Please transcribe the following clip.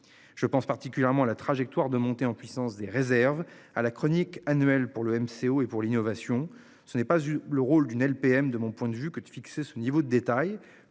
Je pense particulièrement à la trajectoire de montée en puissance des réserves à la chronique annuelle pour le MCO et pour l'innovation, ce n'est pas eu le rôle d'une LPM, de mon point de vue que de fixer ce niveau de détail.